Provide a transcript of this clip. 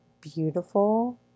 beautiful